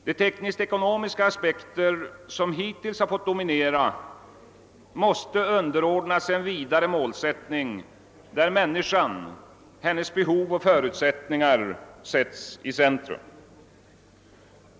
De <teknisk-ekonomiska aspekter som hittills har fått dominera måste underordnas en vidare målsättning där människan, hennes behov och förutsättningar sättes i centrum.